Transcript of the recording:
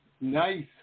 Nice